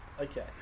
okay